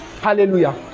Hallelujah